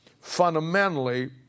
fundamentally